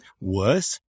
Worse